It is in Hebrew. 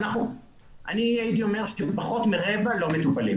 אני הייתי אומר אפילו פחות מרבע לא מטופלים.